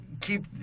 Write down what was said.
keep